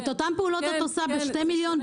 את אותן פעולות את עושה ב-2 מיליון,